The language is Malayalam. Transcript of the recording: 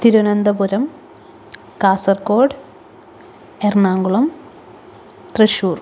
തിരുവനന്തപുരം കാസർകോഡ് എറണാകുളം തൃശൂർ